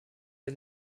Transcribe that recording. der